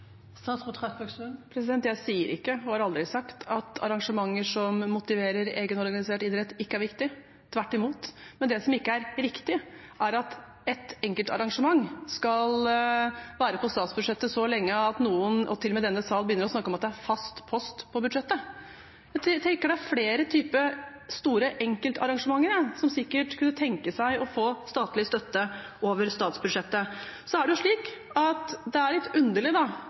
tvert imot. Men det som ikke er riktig, er at ett enkeltarrangement skal være på statsbudsjettet så lenge at noen, til og med i denne sal, begynner å snakke om at det er en fast post på budsjettet. Jeg tenker at det er flere typer store enkeltarrangementer som sikkert kunne tenke seg å få statlig støtte over statsbudsjettet. Så er det litt underlig at X Games ikke kan avholdes i Norge uten statlig støtte når det